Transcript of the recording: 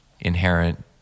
inherent